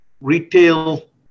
retail